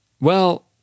Well-